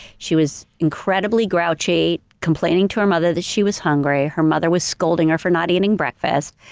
she was incredibly grouchy, complaining to her mother that she was hungry. her mother was scolding her for not eating breakfast.